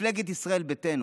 במפלגת ישראל ביתנו,